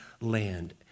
land